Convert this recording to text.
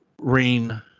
rain